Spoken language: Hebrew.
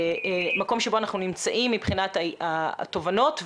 המקום שבו אנחנו נמצאים מבחינת התובנות,